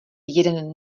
jeden